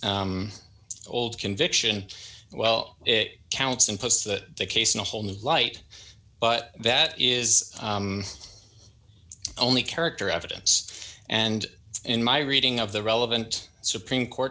old conviction well it counts and puts that case in a whole new light but that is only character evidence and in my reading of the relevant supreme court